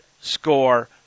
score